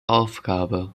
aufgabe